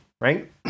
right